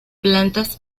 plantas